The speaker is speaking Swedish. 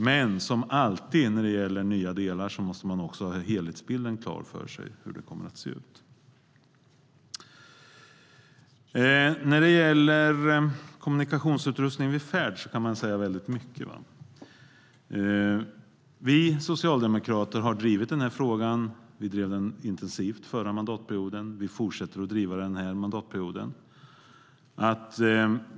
Som alltid när det gäller nya delar måste man dock ha helhetsbilden klar för sig - hur det kommer att se ut. När det gäller kommunikationsutrustning under färd kan man säga väldigt mycket. Vi socialdemokrater drev denna fråga intensivt under den förra mandatperioden, och vi fortsätter att driva den under denna.